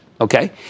Okay